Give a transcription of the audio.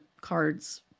cards